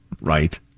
Right